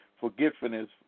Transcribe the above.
forgiveness